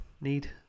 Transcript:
need